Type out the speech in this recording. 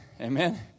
Amen